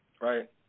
Right